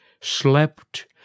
slept